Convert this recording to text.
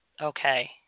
Okay